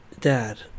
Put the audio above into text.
Dad